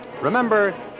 Remember